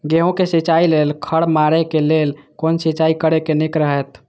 गेहूँ के सिंचाई लेल खर मारे के लेल कोन सिंचाई करे ल नीक रहैत?